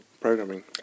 programming